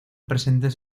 presentes